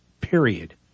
period